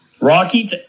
Rocky